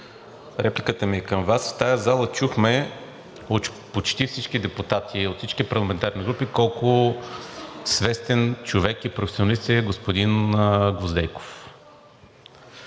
репликата ми е към Вас. В тази зала чухме от почти всички депутати от всички парламентарни групи колко свестен човек и професионалист е господин Гвоздейков.